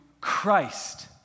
Christ